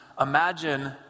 Imagine